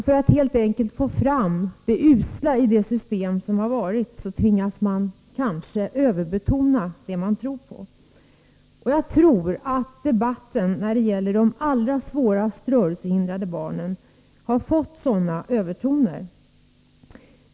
För att helt enkelt få fram det usla i det system som har varit tvingas man kanske överbetona det man tror på. Jag tror att debatten när det gäller de svårast rörelsehindrade barnen har fått sådana övertoner.